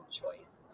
choice